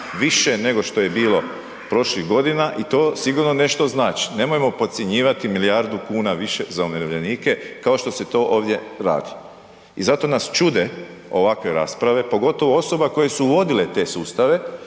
više nego što je bilo prošlih godina i to sigurno nešto znači. Nemojmo podcjenjivati milijardu kuna više za umirovljenike kao što se to ovdje radi. I zato nas čude ovakve rasprave, pogotovo osoba koje su vodile te sustave